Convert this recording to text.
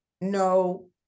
no